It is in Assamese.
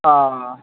অ